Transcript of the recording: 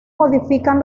modifican